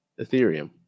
Ethereum